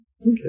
Okay